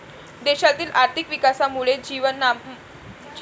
देशातील आर्थिक विकासामुळे जीवनमान चांगले होते